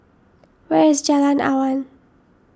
where is Jalan Awan